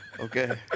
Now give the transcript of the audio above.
Okay